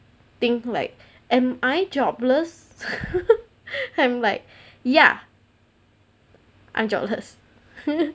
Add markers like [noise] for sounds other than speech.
think like am I jobless [laughs] I'm like ya I am jobless